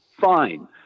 fine